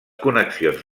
connexions